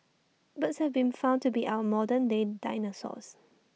birds have been found to be our modern day dinosaurs